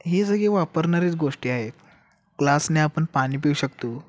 ही सगळी वापरणारीच गोष्टी आहेत ग्लासने आपण पाणी पिऊ शकतो